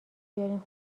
بیارین